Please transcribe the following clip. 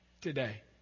today